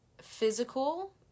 physical